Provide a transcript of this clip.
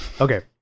okay